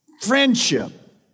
friendship